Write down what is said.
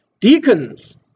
Deacons